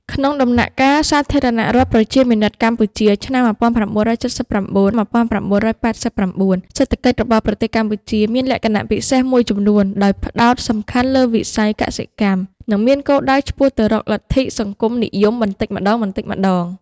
ក្នុងដំណាក់កាលសាធារណរដ្ឋប្រជាមានិតកម្ពុជា (ឆ្នាំ១៩៧៩-១៩៨៩) សេដ្ឋកិច្ចរបស់ប្រទេសកម្ពុជាមានលក្ខណៈពិសេសមួយចំនួន ដោយផ្តោតសំខាន់លើវិស័យកសិកម្ម និងមានគោលដៅឆ្ពោះទៅរកលទ្ធិសង្គមនិយមបន្តិចម្តងៗ។